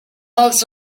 makes